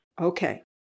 Okay